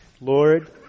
Lord